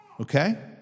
Okay